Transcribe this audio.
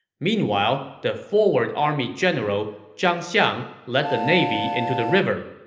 meanwhile, the forward army general, zhang xiang, led the navy into the river.